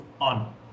on